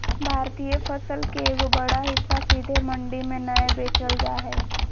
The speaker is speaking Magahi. भारतीय फसल के एगो बड़ा हिस्सा सीधे मंडी में नय बेचल जा हय